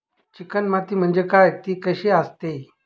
Chicken माती म्हणजे काय? ति कशी असते?